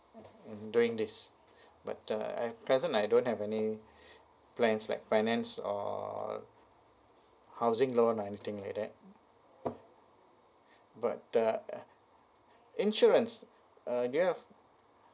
doing this but uh at present I don't have any plans like finance or housing loan or anything like that but uh insurance uh do you have